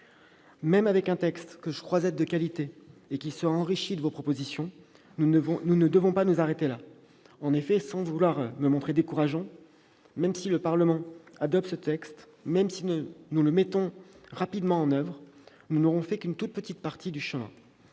même avec un texte que je crois être de qualité et qui sera enrichi de vos propositions, nous ne devons pas nous arrêter là. En effet, sans vouloir me montrer décourageant, même si le Parlement adopte ce texte, même si nous le mettons rapidement en oeuvre, nous n'aurons fait qu'une toute petite partie du chemin.